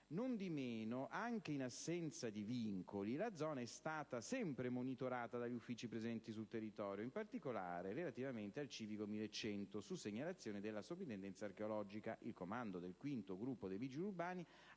Nondimeno, anche in assenza di vincoli, la zona è stata sempre monitorata dagli uffici presenti sul territorio, in particolare, relativamente al civico 1100, su segnalazione della Soprintendenza archeologica. Il Comando del V Gruppo dei vigili urbani